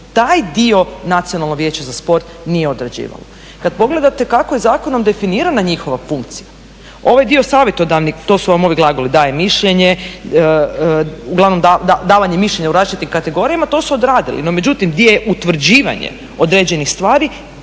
taj dio Nacionalno vijeće za sport nije određivalo. Kad pogledate kako je zakonom definirana njihova funkcija, ovaj dio savjetodavnih to su vam glagoli daje mišljenje, uglavnom davanje mišljenja u različitim kategorijama, to su odradili, no međutim di je utvrđivanje određenih stvari